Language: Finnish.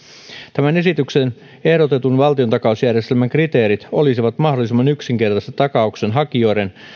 tämän esityksen ehdotetun valtiontakausjärjestelmän kriteerit olisivat mahdollisimman yksinkertaiset takauksen hakijoiden